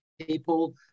people